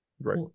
Right